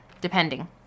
depending